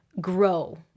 grow